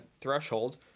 threshold